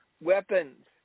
weapons